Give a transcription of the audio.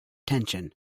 tension